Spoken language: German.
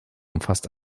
umfasst